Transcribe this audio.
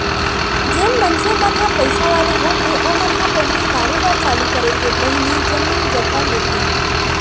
जेन मनसे मन ह पइसा वाले होथे ओमन ह पहिली कारोबार चालू करे के पहिली जमीन जघा लेथे